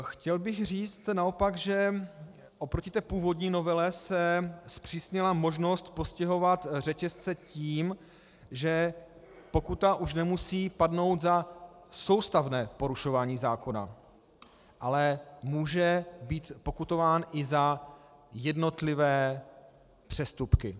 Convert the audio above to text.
Chtěl bych říct naopak, že oproti původní novele se zpřísnila možnost postihovat řetězce tím, že pokuta už nemusí padnout za soustavné porušování zákona, ale může být pokutován i za jednotlivé přestupky.